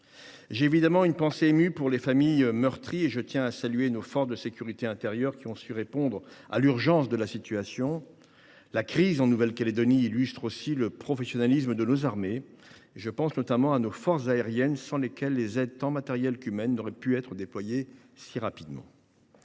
la faim. J’ai une pensée émue pour les familles meurtries et je tiens à saluer nos forces de sécurité intérieure, qui ont su répondre à l’urgence de la situation. La crise en Nouvelle Calédonie illustre aussi le professionnalisme de nos armées. Je pense notamment à nos forces aériennes, sans lesquelles les aides tant matérielles qu’humaines n’auraient pas pu être déployées aussi rapidement.